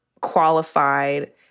qualified